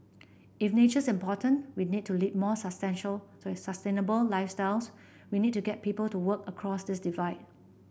if nature's important we need to lead more sustainable lifestyles we need to get people to work across this divide